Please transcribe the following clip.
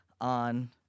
on